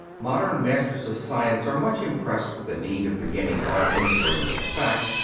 modern masters of science are much impressed with the need of beginning all inquiry with a fact.